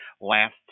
last